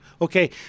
okay